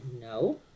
no